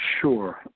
Sure